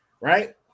right